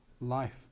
life